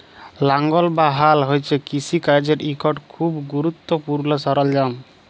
লাঙ্গল বা হাল হছে কিষিকাজের ইকট খুব গুরুত্তপুর্ল সরল্জাম